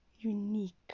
unique